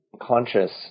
conscious